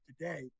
today